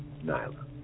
Nyla